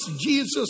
Jesus